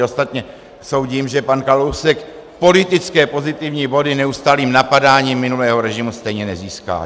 Ostatně soudím, že pan Kalousek politické pozitivní body neustálým napadáním minulého režimu stejně nezíská.